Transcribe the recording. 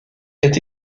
est